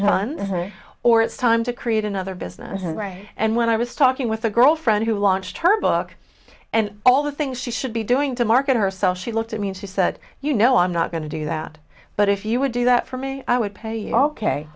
her or it's time to create another business and right and when i was talking with a girlfriend who launched her book and all the things she should be doing to market herself she looked at me and she said you know i'm not going to do that but if you would do that for me i would pay